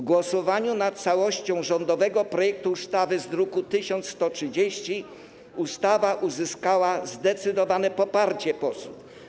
W głosowaniu nad całością rządowego projektu ustawy z druku nr 1130 ustawa uzyskała zdecydowane poparcie posłów.